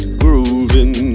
grooving